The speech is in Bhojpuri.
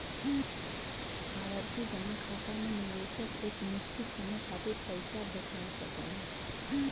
आवर्ती जमा खाता में निवेशक एक निश्चित समय खातिर पइसा बचा सकला